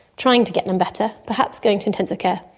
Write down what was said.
trying to get them better, perhaps going to intensive care,